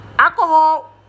Alcohol